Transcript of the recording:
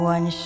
One